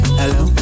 hello